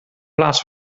plaats